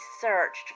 searched